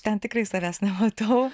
ten tikrai savęs nematau